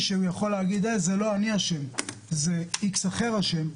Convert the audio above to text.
שהוא יכול להגיד שהוא לא זה שאשם אלא מישהו אחר אשם,